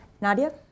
Nadia